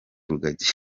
rugagi